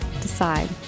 Decide